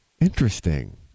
interesting